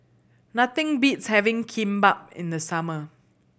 nothing beats having Kimbap in the summer